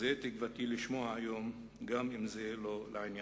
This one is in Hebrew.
אז את זה תקוותי לשמוע היום, גם אם זה לא לעניין.